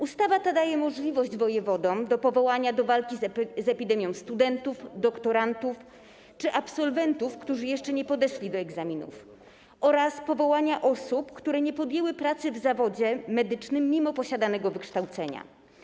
Ustawa ta daje wojewodom możliwość powołania do walki z epidemią studentów, doktorantów czy absolwentów, którzy jeszcze nie podeszli do egzaminów, oraz powołania osób, które nie podjęły pracy w zawodzie medycznym mimo posiadanego wykształcenia.